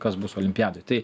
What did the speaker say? kas bus olimpiadoj tai